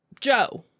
Joe